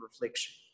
reflection